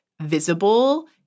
visible